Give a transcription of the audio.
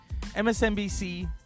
MSNBC